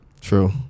True